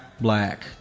black